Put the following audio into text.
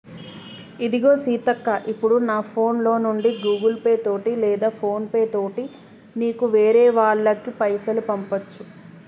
ఇదిగో సీతక్క ఇప్పుడు నా ఫోన్ లో నుండి గూగుల్ పే తోటి లేదా ఫోన్ పే తోటి నీకు వేరే వాళ్ళకి పైసలు పంపొచ్చు